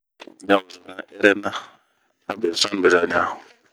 Din a wosomɛ nɛ ɛrɛna a be suani beza ɲa.